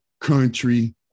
country